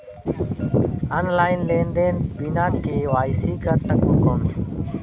Online लेनदेन बिना KYC कर सकबो कौन??